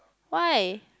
why